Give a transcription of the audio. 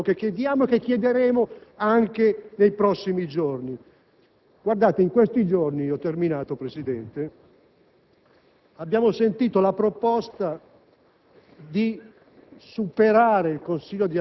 Per questo non escludiamo che vi sia un cambiamento della presidenza del Consiglio di amministrazione e abbiamo chiesto l'azzeramento del Consiglio e il suo rinnovo, subordinato